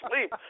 sleep